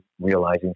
realizing